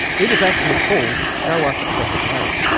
it was actually called show us a better way,